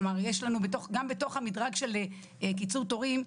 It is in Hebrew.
כלומר גם בתוך המדרג של קיצור תורים,